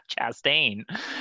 chastain